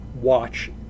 watch